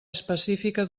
específica